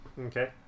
Okay